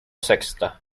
sexta